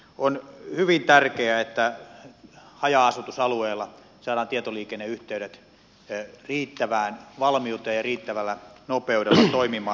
on hyvin tärkeää että haja asutusalueilla saadaan tietoliikenneyhteydet riittävään valmiuteen ja riittävällä nopeudella toimimaan